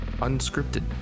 Unscripted